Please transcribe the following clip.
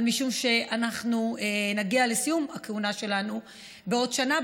אבל משום שאנחנו נגיע לסיום הכהונה שלנו בעוד שנה,